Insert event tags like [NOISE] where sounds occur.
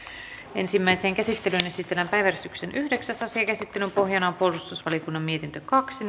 ensimmäiseen käsittelyyn esitellään päiväjärjestyksen yhdeksäs asia käsittelyn pohjana on puolustusvaliokunnan mietintö kaksi [UNINTELLIGIBLE]